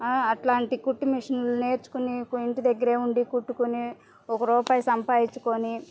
అట్లాంటి కుట్టుమిషన్లు నేర్చుకొని ఇంటి దగ్గరే ఉండి కుట్టుకుని ఒక రూపాయి సంపాదించుకొని